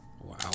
Wow